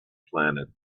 planet